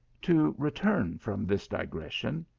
to return from this digression,